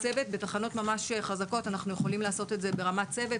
בתחנות ממש חזקות אנחנו יכולים לעשות את זה אפילו ברמת הצוות.